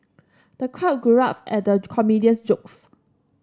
the crowd guffawed at the comedian's jokes